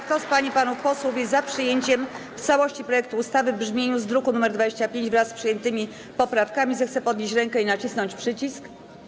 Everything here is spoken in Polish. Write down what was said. Kto z pań i panów posłów jest za przyjęciem w całości projektu ustawy w brzmieniu z druku nr 25, wraz z przyjętymi poprawkami, zechce podnieść rękę i nacisnąć przycisk.